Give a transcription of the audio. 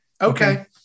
Okay